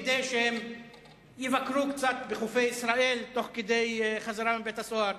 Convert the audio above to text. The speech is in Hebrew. כדי שהם יבקרו קצת בחופי ישראל תוך כדי חזרה מבית-הסוהר,